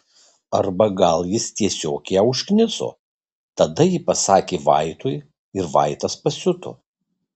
arba gal jis tiesiog ją užkniso tada ji pasakė vaitui ir vaitas pasiuto